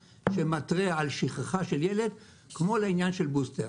שמתרה על שכחה של ילד כמו לעניין של בוסטר,